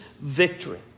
victory